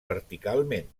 verticalment